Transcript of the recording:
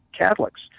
Catholics